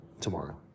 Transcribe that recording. tomorrow